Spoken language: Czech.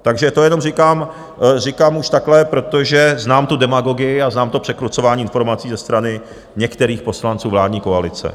Takže to jenom říkám už takhle, protože znám tu demagogii a znám to překrucování informací ze strany některých poslanců vládní koalice.